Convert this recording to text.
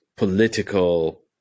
political